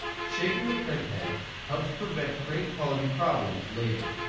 shaking the print heads helps prevent print quality problems later.